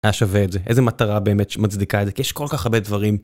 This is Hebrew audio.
היה שווה את זה, איזה מטרה באמת שמצדיקה את זה, כי יש כל כך הרבה דברים.